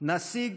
נשיג